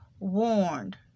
warned